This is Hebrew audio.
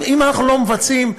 אם אנחנו לא מבצעים,